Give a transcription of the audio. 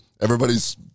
everybody's